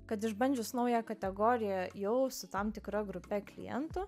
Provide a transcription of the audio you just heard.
kad išbandžius naują kategoriją jau su tam tikra grupe klientų